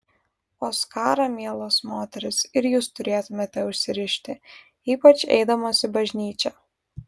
o skarą mielos moterys ir jūs turėtumėte užsirišti ypač eidamos į bažnyčią